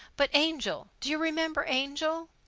but angel do you remember angel?